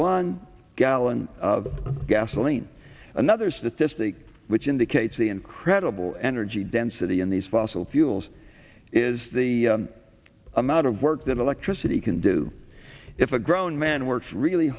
one gallon of gasoline another statistic which indicates the incredible energy density in these fossil fuels is the amount of work that electricity can do if a grown man works really